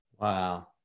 Wow